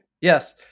Yes